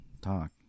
talk